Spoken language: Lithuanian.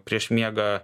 prieš miegą